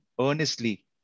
earnestly